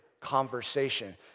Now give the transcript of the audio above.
conversation